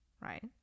right